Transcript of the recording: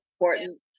important